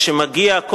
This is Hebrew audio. מגיעה,